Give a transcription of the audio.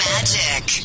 Magic